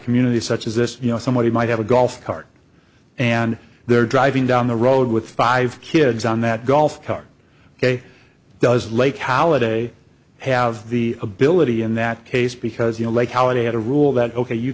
community such as this you know somebody might have a golf cart and they're driving down the road with five kids on that golf cart ok does lake holiday have the ability in that case because you know like halladay had a rule that ok you